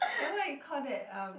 eh what you call that um